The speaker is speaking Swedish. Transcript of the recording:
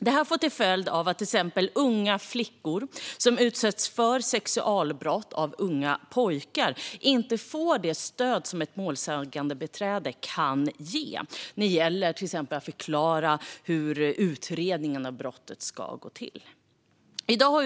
Det får till exempel till följd att unga flickor som utsätts för sexualbrott av unga pojkar inte får det stöd som ett målsägandebiträde kan ge när det gäller att till exempel förklara hur utredningen av brottet ska gå till.